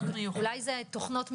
אולי זה תוכנות מיוחדות,